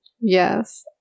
yes